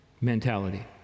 mentality